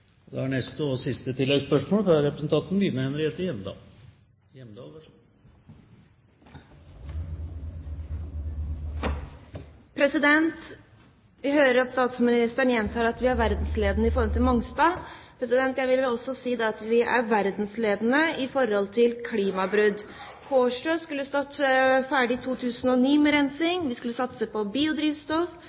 Line Henriette Hjemdal – til oppfølgingsspørsmål. Vi hører at statsministeren gjentar at vi er verdensledende når det gjelder Mongstad. Jeg vil også si at vi er verdensledende på klimabrudd. Kårstø skulle stått ferdig i 2009 med rensing. Vi skulle satse på biodrivstoff.